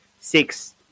six